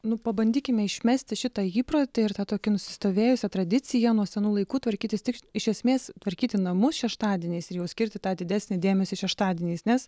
nu pabandykime išmesti šitą įprotį ir tą tokią nusistovėjusią tradiciją nuo senų laikų tvarkytis tik iš esmės tvarkyti namus šeštadieniais ir jau skirti tą didesnį dėmesį šeštadieniais nes